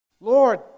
Lord